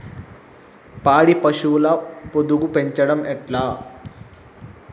పాడి పశువుల పొదుగు పెంచడం ఎట్లా?